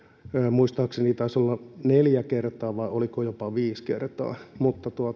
muistaakseni taisi olla neljä kertaa vai oliko jopa viisi kertaa mutta